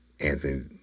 Anthony